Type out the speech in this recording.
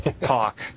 talk